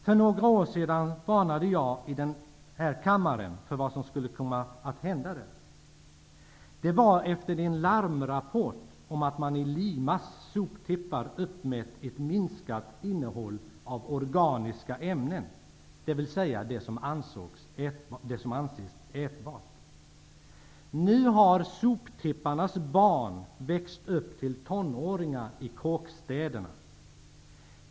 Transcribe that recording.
För några år sedan varnade jag i denna kammare för vad som skulle komma att hända där. Det var efter en larmrapport om att man i Limas soptippar hade uppmätt ett minskat innehåll av organiska ämnen, dvs. vad som ansågs ätbart. Nu har soptipparnas barn växt upp till tonåringar i kåkstäderna.